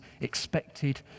expected